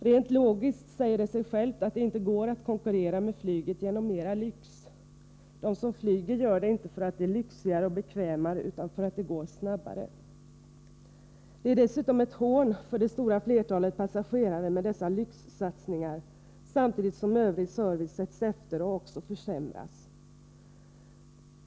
Rent logiskt säger det sig självt att det inte går att konkurrera med flyget genom mera lyx. De som flyger gör det inte därför att det är lyxigare och bekvämare utan därför att det går snabbare. Dessa lyxsatsningar är dessutom ett hån mot det stora flertalet passagerare, samtidigt som övrig service sätts efter och försämras.